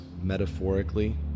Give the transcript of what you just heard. metaphorically